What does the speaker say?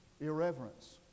Irreverence